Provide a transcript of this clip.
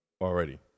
Already